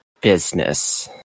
business